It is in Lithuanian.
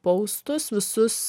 poustus visus